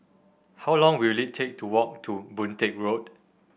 how long will it take to walk to Boon Teck Road